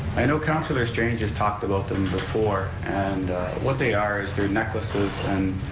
i know councilor strange has talked about them before, and what they are is they're necklaces and